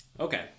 Okay